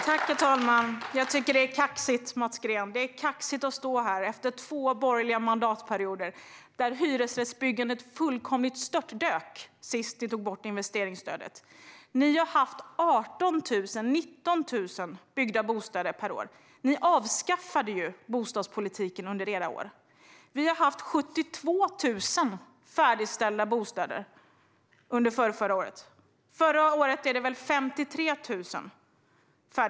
Herr talman! Jag tycker att det är kaxigt av Mats Green att stå här efter två borgerliga mandatperioder där hyresrättsbyggandet fullkomligt störtdök efter att ni tagit bort investeringsstödet. Ni hade 18 000 eller 19 000 byggda bostäder per år. Ni avskaffade bostadspolitiken under era år. Vi har däremot haft 72 000 färdigställda bostäder under förrförra året, och förra året var det väl 53 000.